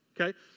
Okay